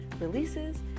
releases